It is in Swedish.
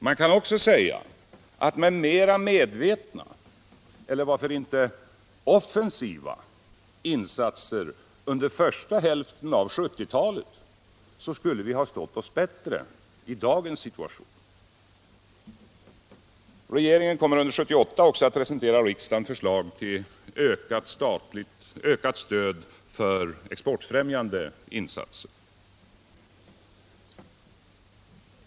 Man kan också säga, att med mera medvetna — eller varför inte offensiva — insatser under första hälften av 1970 talet skulle vi ha stått oss bättre i dagens situation. Regeringen kommer under 1978 också att presentera riksdagen förslag till ökat stöd för exportfrämjande insatser.